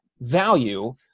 value